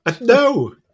no